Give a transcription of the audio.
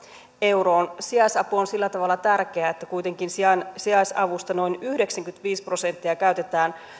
euroon sijaisapu on sillä tavalla tärkeä että kuitenkin sijaisavusta noin yhdeksänkymmentäviisi prosenttia käytetään